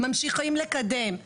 ממשיכה לקדם.